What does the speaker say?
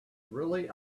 really